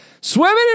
swimming